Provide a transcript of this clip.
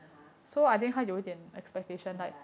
(uh huh) ya